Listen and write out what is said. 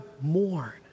mourn